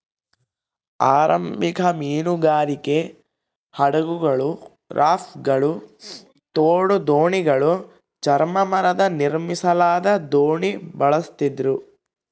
ಆರಂಭಿಕ ಮೀನುಗಾರಿಕೆ ಹಡಗುಗಳು ರಾಫ್ಟ್ಗಳು ತೋಡು ದೋಣಿಗಳು ಚರ್ಮ ಮರದ ನಿರ್ಮಿಸಲಾದ ದೋಣಿ ಬಳಸ್ತಿದ್ರು